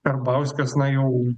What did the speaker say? karbauskis na jau